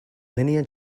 linear